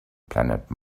planet